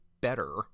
better